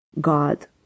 God